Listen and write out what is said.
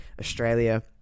Australia